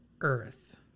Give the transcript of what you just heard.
Earth